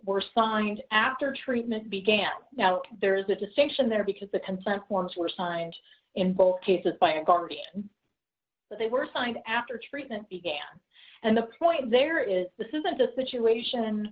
were signed after treatment began now there is a distinction there because the consent forms were signed in both cases by a guardian but they were signed after treatment began and the point there is this isn't a situation